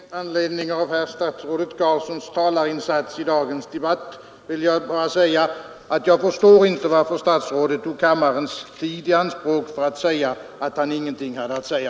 Herr talman! Med anledning av statsrådet Carlssons talarinsats i dagens debatt vill jag bara säga att jag inte förstår varför statsrådet tar kammarens tid i anspråk för att säga att han ingenting har att säga.